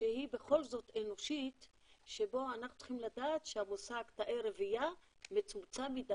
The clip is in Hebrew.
המנגנון של חוק זמני נקבע גם כאיזשהו מסר שאומר שאנחנו עם אצבע על